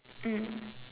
mm